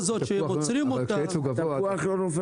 כשהעץ גבוה התפוח נופל